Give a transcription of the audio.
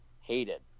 hated